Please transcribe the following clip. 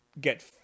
get